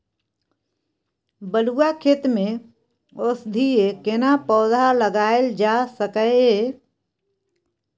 बलुआ खेत में औषधीय केना पौधा लगायल जा सकै ये?